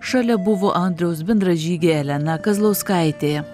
šalia buvo andriaus bendražygė elena kazlauskaitė